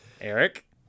Eric